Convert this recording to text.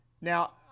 Now